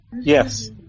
yes